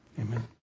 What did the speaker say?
Amen